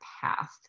path